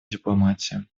дипломатию